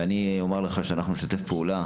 ואני אומר לך שאנחנו נשתף פעולה,